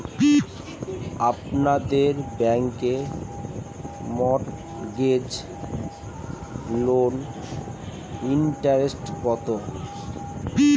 আপনাদের ব্যাংকে মর্টগেজ লোনের ইন্টারেস্ট কত?